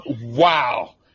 Wow